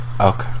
Okay